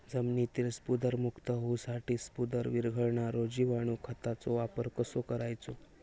जमिनीतील स्फुदरमुक्त होऊसाठीक स्फुदर वीरघळनारो जिवाणू खताचो वापर कसो करायचो?